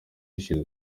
ishize